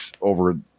over